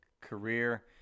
career